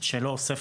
שלא אוסף